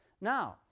Now